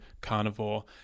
carnivore